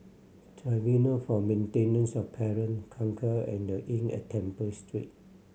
Tribunal for Maintenance of Parent Kangkar and The Inn at Temple Street